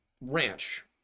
ranch